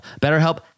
BetterHelp